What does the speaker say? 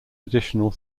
additional